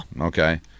Okay